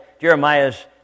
Jeremiah's